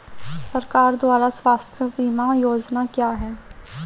सरकार द्वारा स्वास्थ्य बीमा योजनाएं क्या हैं?